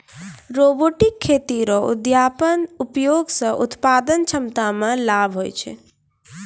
robotic खेती रो उपयोग से उत्पादन क्षमता मे लाभ हुवै छै